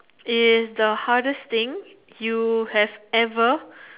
is the hardest thing you have ever